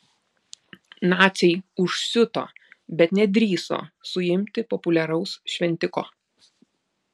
naciai užsiuto bet nedrįso suimti populiaraus šventiko